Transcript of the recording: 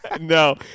No